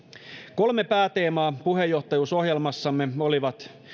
kolme pääteemaa puheenjohtajuusohjelmassamme olivat